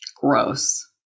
gross